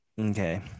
Okay